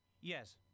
Yes